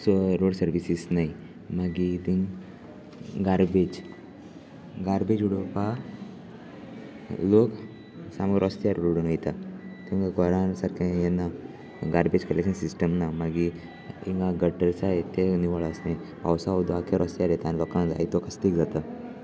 so road services न्ह मागीर तेींग गार्बेज गार्बेज उडोवपाक लोक सामो रस्त्यार रोडून वयता तेंकां घोरान सारकें येना गार्बेज कलेक्शन सिस्टम ना मागीर हिंगा गटर जाय ते निवळ आस न् पावसा उदोख रस्त्यार येता आनी लांक जाय तो कस्तीक जाता